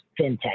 fintech